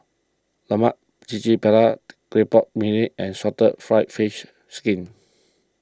Lemak Cili Padi Clay Pot Mee and Salted Egg Fried Fish Skin